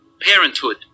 parenthood